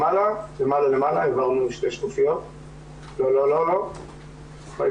מדברים על זה שיש הבנה שיש חוסר אמיתי יש לנו דו"ח של רשות